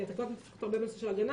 כי אתה כל הזמן עוסק הרבה בנושא ההגנה,